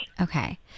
Okay